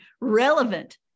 relevant